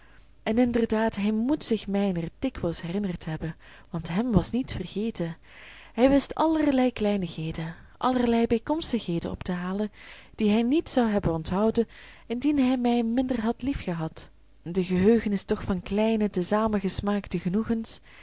en inderdaad hij moet zich mijner dikwijls herinnerd hebben want hem was niets vergeten hij wist allerlei kleinigheden allerlei bijkomstigheden op te halen die hij niet zou hebben onthouden indien hij mij minder had liefgehad de geheugenis toch van kleine te zamen gesmaakte genoegens